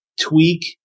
tweak